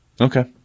Okay